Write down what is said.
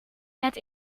het